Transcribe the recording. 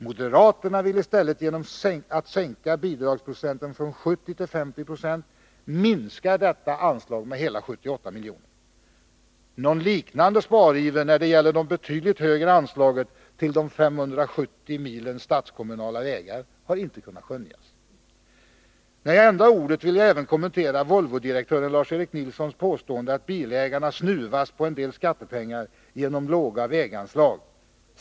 Moderaterna vill i stället genom att sänka bidragsprocenten från 70 till 50 96 minska detta anslag med hela 78 miljoner. Någon liknande spariver när det gäller de betydligt högre anslagen till de 570 milen statskommunala vägar har inte kunnat skönjas. När jag ändå har ordet vill jag även kommentera Volvodirektören Larserik Nilssons påstående att bilägarna snuvas på en del skattepengar genom låga väganslag.